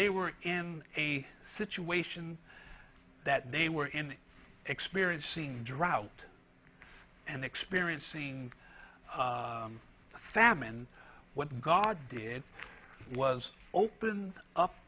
they were in a situation that they were in experiencing drought and experiencing famine what god did was open up